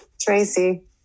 Tracy